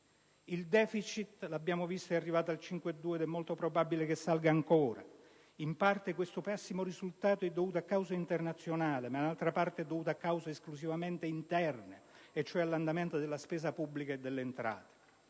visto, è arrivato al 5,2 del PIL ed è molto probabile che salga ancora. In parte questo pessimo risultato è dovuto a cause internazionali, ma in altra parte è dovuto a cause esclusivamente interne, e cioè all'andamento della spesa pubblica e delle entrate.